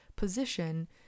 position